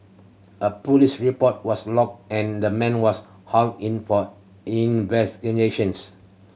a police report was lodged and the man was hauled in for investigations